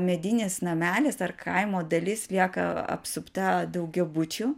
medinis namelis ar kaimo dalis lieka apsupta daugiabučių